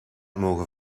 mogen